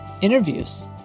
interviews